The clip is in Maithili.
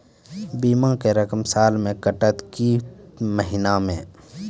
बीमा के रकम साल मे कटत कि महीना मे?